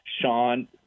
Sean –